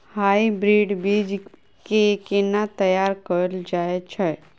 Hybrid बीज केँ केना तैयार कैल जाय छै?